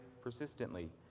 persistently